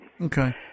Okay